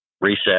reset